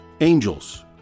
Angels